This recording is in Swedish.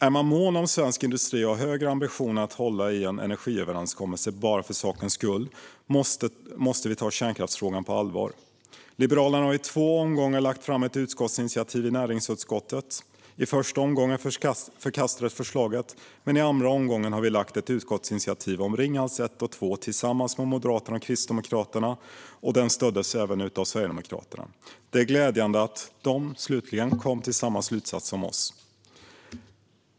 Om man är mån om svensk industri och har högre ambitioner än att hålla i en energiöverenskommelse bara för sakens skull måste man ta kärnkraftsfrågan på allvar. Liberalerna har i två omgångar lagt fram ett utskottsinitiativ i näringsutskottet. I första omgången förkastades förslaget, men i andra omgången lade vi fram ett utskottsinitiativ om Ringhals 1 och 2 tillsammans med Moderaterna och Kristdemokraterna. Det stöddes även av Sverigedemokraterna. Det är glädjande att de slutligen kom fram till samma slutsats som vi.